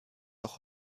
noch